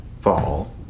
fall